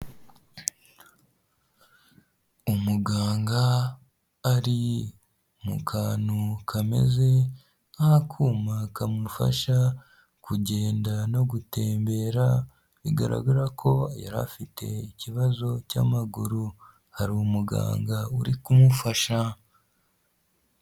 Umuganga ari mu kantu kameze nk'akuma kamufasha kugenda no gutembera bigaragara ko yari afite ikibazo cy'amaguru, hari umuganga uri kumufasha.